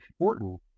important